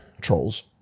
trolls